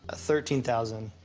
ah thirteen thousand